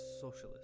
socialist